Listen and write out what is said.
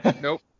Nope